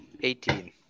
Eighteen